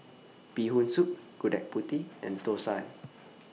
Bee Hoon Soup Gudeg Putih and Thosai